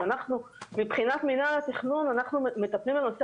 מבחינת מינהל התכנון אנחנו מטפלים בנושא